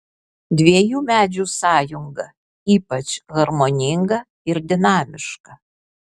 dviejų medžių sąjunga ypač harmoninga ir dinamiška